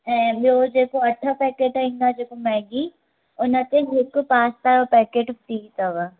ऐं ॿियो जेको अठ पैकेट ईंदो आहे जेको मैगी उनते हिकु पास्ता जो पैकेट फ्री अथव